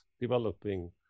developing